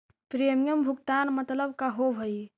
Premium भुगतान मतलब का होव हइ?